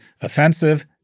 offensive